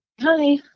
Hi